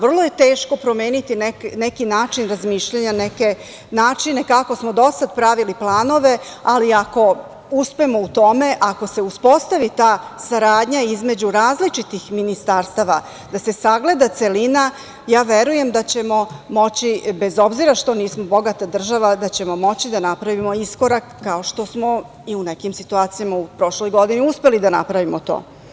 Vrlo je teško promeniti neki način razmišljanja, neke načine kako smo do sada pravili planove, ali ako uspemo u tome, ako se uspostavi ta saradnja između različitih ministarstava da se sagleda celina, ja verujem da ćemo moći, bez obzira što nismo bogata država, da napravimo iskorak kao što smo i u nekim situacijama u prošloj godini uspeli da napravimo to.